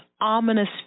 ominous